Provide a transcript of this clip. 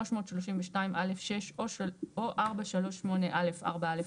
332(א)(6) או 438(א)(4א),